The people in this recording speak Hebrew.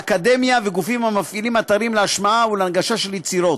האקדמיה וגופים המפעילים אתרים להשמעה ולהנגשה של יצירות,